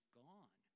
gone